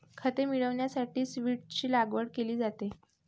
खते मिळविण्यासाठी सीव्हीड्सची लागवड केली जाते